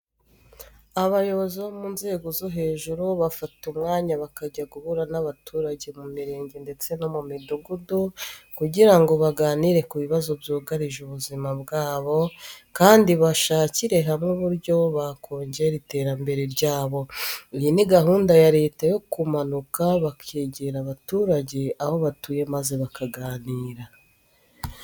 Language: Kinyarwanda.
Abayobozi bo mu nzego zo hejuru bafata umwanya bakajya guhura n'abaturage mu mirenge ndetse no mu midugudu kugira ngo baganire ku bibazo byugarije ubuzima bwabo kandi bashakire hamwe uburyo bakongera iterambere ryabo. Iyi ni gahunda ya Leta yo kumanuka bakegera abaturage aho batuye maze bakaganira.